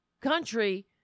country